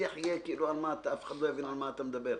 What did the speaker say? השיח יהיה כאילו אף אחד לא יבין על מה אתה מדבר.